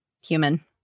human